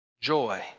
joy